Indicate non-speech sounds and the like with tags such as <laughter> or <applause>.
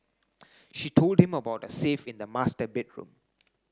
<noise> she told him about a safe in the master bedroom